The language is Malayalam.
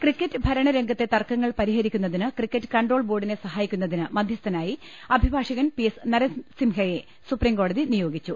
ക്രിക്കറ്റ് ഭരണ രംഗത്തെ തർക്കങ്ങൾ പരിഹരിക്കുന്നതിന് ക്രിക്കറ്റ് കൺട്രോൾ ബോർഡിനെ സഹായിക്കുന്നതിന് മധ്യസ്ഥ നായി അഭിഭാഷകൻ പി എസ് നരസിംഹയെ സുപ്രീംകോടതി നിയോഗിച്ചു